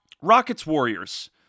Rockets-Warriors